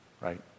right